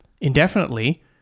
indefinitely